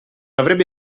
avrebbe